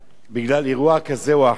בגלל אירוע כזה או אחר,